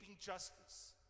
justice